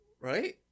right